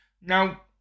Now